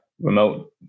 remote